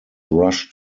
rushed